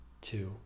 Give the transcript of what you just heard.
two